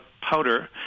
powder